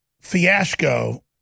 fiasco